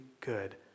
good